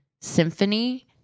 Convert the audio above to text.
symphony